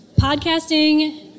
Podcasting